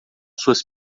suas